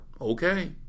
Okay